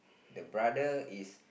the brother is